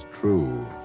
true